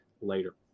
later